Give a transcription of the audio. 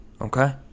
okay